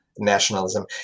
Nationalism